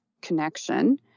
connection